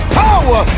power